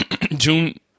June